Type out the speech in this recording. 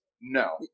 No